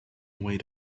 away